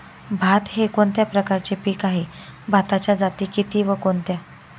भात हे कोणत्या प्रकारचे पीक आहे? भाताच्या जाती किती व कोणत्या?